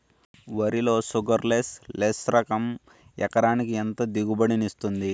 వరి లో sugarless less రకం ఎకరాకి ఎంత దిగుబడినిస్తుంది